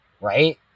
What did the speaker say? right